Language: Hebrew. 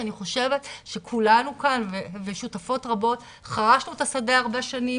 אני חושבת שכולנו כאן ושותפות רבות חרשנו את השדה הרבה שנים